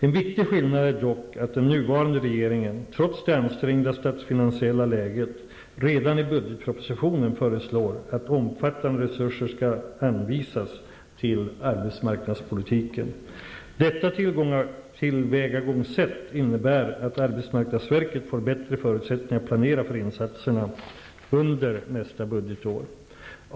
En viktig skillnad är dock att den nuvarande regeringen, trots det ansträngda statsfinansiella läget, redan i budgetpropositionen föreslår att omfattande resurser skall anvisas till arbetsmarknadspolitiken. Detta tillvägagångssätt innebär att arbetsmarknadsverket får bättre förutsättningar att planera för insatserna under nästa budgetår.